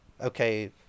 Okay